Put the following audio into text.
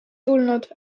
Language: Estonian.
tulnud